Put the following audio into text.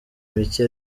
mike